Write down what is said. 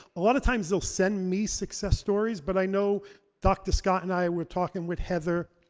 a lot of times they'll send me success stories, but i know dr. scott and i we're talking with heather.